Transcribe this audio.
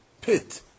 pit